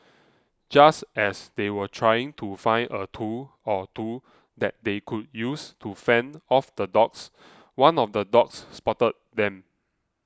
just as they were trying to find a tool or two that they could use to fend off the dogs one of the dogs spotted them